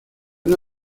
una